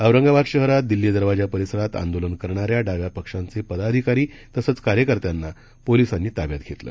औरंगाबाद शहरात दिल्ली दरवाजा परिसरात आंदोलन करणाऱ्या डाव्या पक्षांचे पदाधिकारी तसंच कार्यकर्त्यांना पोलिसांनी ताब्यात घेतलं